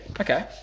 Okay